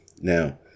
now